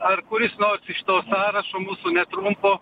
ar kuris nors iš to sąrašo mūsų netrumpo